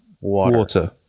water